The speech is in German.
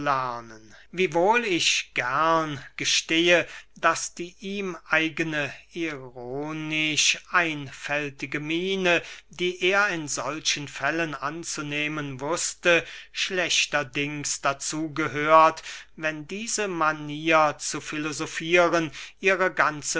wiewohl ich gern gestehe daß die ihm eigene ironischeinfältige miene die er in solchen fällen anzunehmen wußte schlechterdings dazu gehört wenn diese manier zu filosofieren ihre